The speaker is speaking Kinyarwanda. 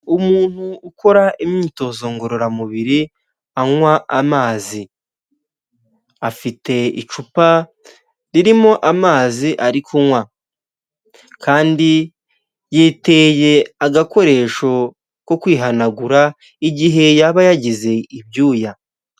Umuntu ukora imyitozo ngororamubiri anywa amazi, afite icupa ririmo amazi ari kunywa kandi yiteye agakoresho ko kwihanagura igihe yaba yagize ibyuya.